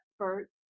experts